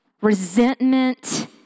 resentment